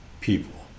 people